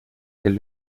del